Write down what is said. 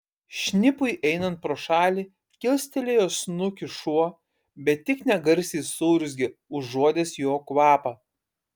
šnipui einant pro šalį kilstelėjo snukį šuo bet tik negarsiai suurzgė užuodęs jo kvapą